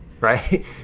Right